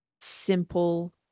simple